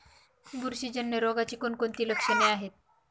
बुरशीजन्य रोगाची कोणकोणती लक्षणे आहेत?